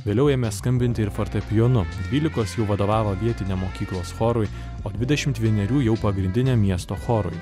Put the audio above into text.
vėliau ėmė skambinti ir fortepijonu dvylikos jų vadovavo vietiniam mokyklos chorui o dvidešim vienerių jau pagrindiniam miesto chorui